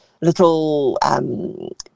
little